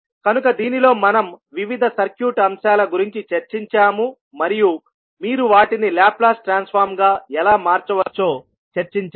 కనుక దీనిలో మనం వివిధ సర్క్యూట్ అంశాల గురించి చర్చించాము మరియు మీరు వాటిని లాప్లాస్ ట్రాన్స్ఫార్మ్ గా ఎలా మార్చవచ్చో చర్చించాము